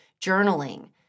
journaling